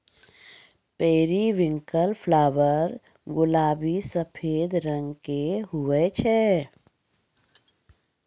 periwinkle flower गुलाबी सफेद रंग के हुवै छै